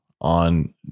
on